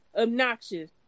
obnoxious